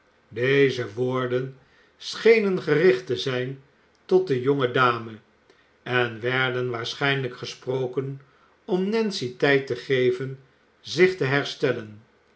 deze woorden schenen gericht te zijn tot de jonge dame en werden waarschijnlijk gesproken om nancy tijd te geven zich te herstellen